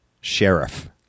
sheriff